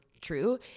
true